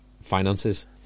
finances